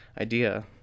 idea